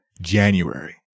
January